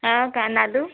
हो का नादू